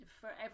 forever